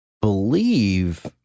believe